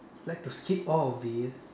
like to skip all of this